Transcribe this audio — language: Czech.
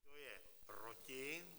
Kdo je proti?